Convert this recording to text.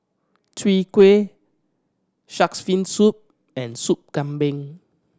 Chwee Kueh Shark's Fin Soup and Soup Kambing